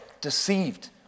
deceived